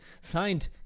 signed